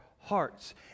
hearts